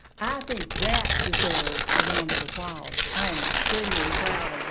i think that deserves a round of applause. i am extremely